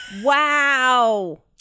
wow